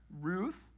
Ruth